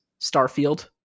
starfield